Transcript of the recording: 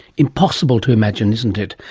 impossible to imagine isn't it?